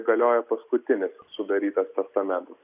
galioja paskutinis sudarytas testamentas